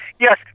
yes